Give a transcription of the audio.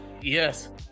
Yes